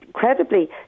incredibly